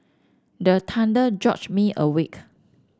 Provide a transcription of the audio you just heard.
the thunder jolt me awake